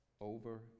over